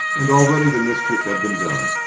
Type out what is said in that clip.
and already the mischief had been done.